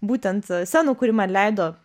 būtent scenų kuri man leido